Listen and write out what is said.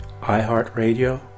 iHeartRadio